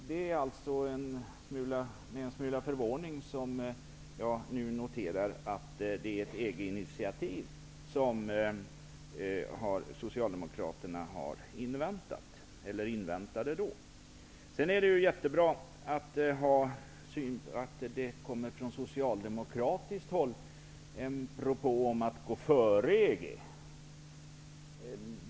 Det är med en smula förvåning som jag nu noterar att det var ett Å andra sidan är det jättebra att det från socialdemokratiskt håll kommer en propå om att gå före EG.